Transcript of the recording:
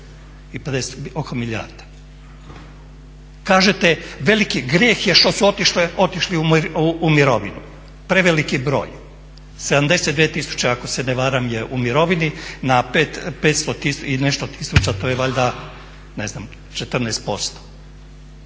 oko milijarde. Kažete veliki je grijeh što su otišli u mirovinu, preveliki broj, 72 tisuće ako se ne varam je u mirovini na 500 i nešto tisuća to je valjda ne znam 14%,